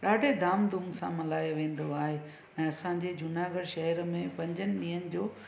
ॾाढे धामधूम सां मल्हायो वेंदो आहे ऐं असांजे जूनागढ़ शहर में पंजनि ॾींहंनि जो